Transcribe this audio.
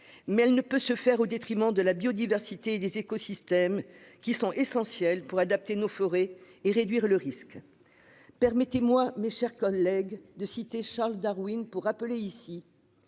Mais elles ne peuvent se faire au détriment de la biodiversité et des écosystèmes, qui sont essentiels pour adapter nos forêts et réduire le risque. Permettez-moi, mes chers collègues, de citer Charles Darwin pour rappeler, ici,